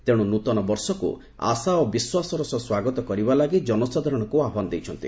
ତେଣୁ ନୂତନ ବର୍ଷକୁ ଆଶା ଓ ବିଶ୍ୱାସର ସହ ସ୍ୱାଗତ କରିବା ଲାଗି ଜନସାଧାରଣଙ୍କୁ ଆହ୍ବାନ ଦେଇଛନ୍ତି